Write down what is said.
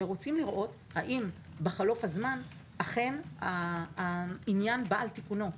ורוצים לראות האם בחלוף הזמן אכן העניין בא על תיקונו,